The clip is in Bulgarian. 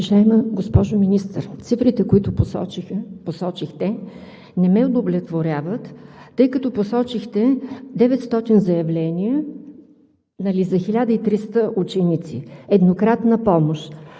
Уважаема госпожо Министър, цифрите, които посочихте, не ме удовлетворяват, тъй като посочихте 900 заявления за 1300 ученици еднократна помощ.